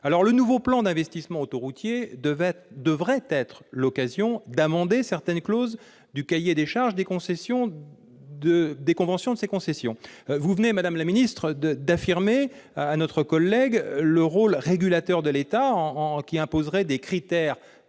Le nouveau plan d'investissement autoroutier devrait être l'occasion d'amender certaines clauses du cahier des charges des conventions de concession. Madame la ministre, vous venez de réaffirmer le rôle régulateur de l'État, qui imposerait des critères